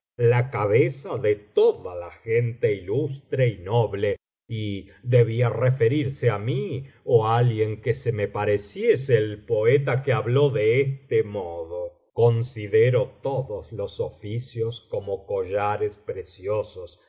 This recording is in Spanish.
la cabeza de toda la gente ilustre y noble y debía referirse á mí ó á alguien que se me pareciese el poeta que habló de este modo considero todos los oficios como collares preciosos